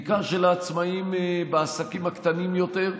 בעיקר של העצמאים בעסקים הקטנים יותר.